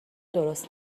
درست